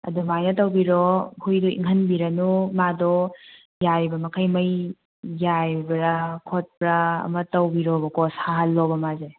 ꯑꯗꯨꯃꯥꯏꯅ ꯇꯧꯕꯤꯔꯣ ꯍꯨꯏꯗꯣ ꯏꯪꯍꯟꯕꯤꯔꯅꯨ ꯃꯥꯗꯣ ꯌꯥꯔꯤꯕ ꯃꯈꯩ ꯃꯩ ꯌꯥꯏꯕ꯭ꯔ ꯈꯣꯠꯄꯔ ꯑꯃ ꯇꯧꯕꯤꯔꯣꯕꯀꯣ ꯁꯥꯍꯜꯂꯣꯕ ꯃꯥꯁꯦ